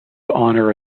honor